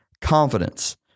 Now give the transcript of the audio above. confidence